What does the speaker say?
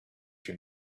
you